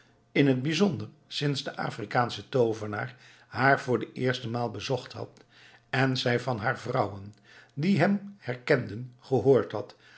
in t bijzonder sinds de afrikaansche toovenaar haar voor de eerste maal bezocht had en zij van haar vrouwen die hem herkenden gehoord had